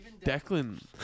Declan